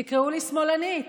תקראו לי שמאלנית,